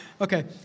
Okay